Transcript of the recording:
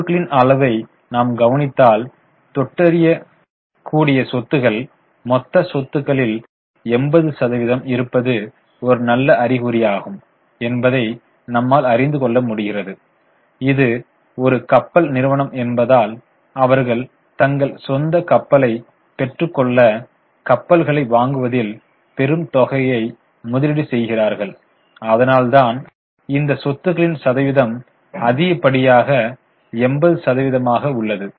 சொத்துகளின் அளவை நாம் கவனித்தால் தொட்டறிய கூடிய சொத்துக்கள் மொத்த சொத்துகளில் 80 சதவீதம் இருப்பது ஒரு நல்ல அறிகுறியாகும் என்பதை நம்மால் அறிந்துகொள்ள முடிகிறது இது ஒரு கப்பல் நிறுவனம் என்பதால் அவர்கள் தங்கள் சொந்தக் கப்பல்களைக் பெற்று கொள்ள கப்பல்களை வாங்குவதில் பெரும் தொகையை முதலீடு செய்கிறார்கள் அதனால்தான் இந்த சொத்துகளின் சதவீதம் அதிகப்படியாக 80 சதவிகிதமாக உள்ளது